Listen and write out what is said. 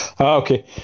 Okay